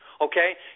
Okay